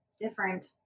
different